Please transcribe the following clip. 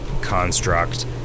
construct